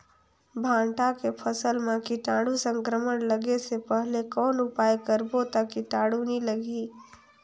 भांटा के फसल मां कीटाणु संक्रमण लगे से पहले कौन उपाय करबो ता कीटाणु नी लगही?